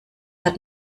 hat